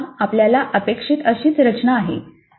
अन्यथा आपल्याला अपेक्षित अशीच रचना आहे